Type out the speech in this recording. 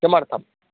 किमर्थम्